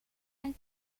and